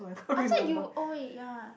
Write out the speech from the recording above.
I thought you oh wait yeah